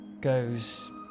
goes